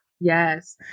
Yes